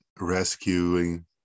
Rescuing